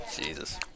Jesus